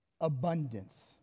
abundance